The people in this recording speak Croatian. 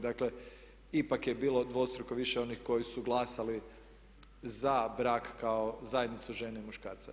Dakle, ipak je bilo dvostruko više onih koji su glasali za brak kao zajednicu žene i muškarca.